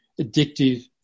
addictive